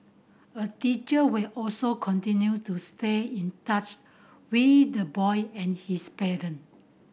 a teacher will also continue to stay in touch with the boy and his parent